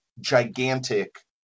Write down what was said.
gigantic